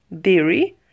dairy